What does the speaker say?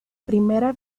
primera